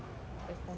respond to him